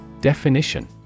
Definition